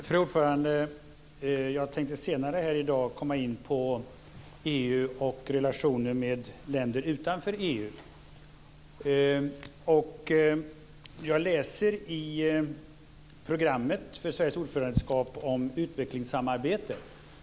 Fru talman! Jag tänker senare i dag komma in på EU och relationer med länder utanför EU. Jag läser i programmet för Sveriges ordförandeperiod om utvecklingssamarbetet.